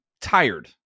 tired